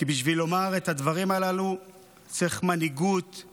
כי בשביל לומר את הדברים הללו צריך מנהיגות,